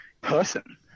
person